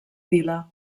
vila